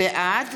בעד